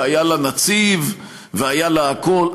שהיה לה נציב והיה לה הכול,